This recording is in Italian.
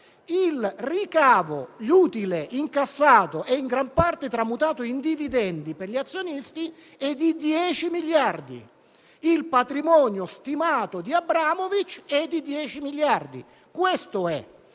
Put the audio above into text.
autostrade, l'utile incassato e in gran parte tramutato in dividendi per gli azionisti è di 10 miliardi. Il patrimonio stimato di Abramovich è di 10 miliardi: questo è.